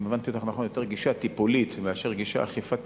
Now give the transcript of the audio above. שאם הבנתי אותך נכון היא יותר גישה טיפולית מאשר גישה אכיפתית,